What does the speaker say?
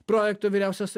projekto vyriausias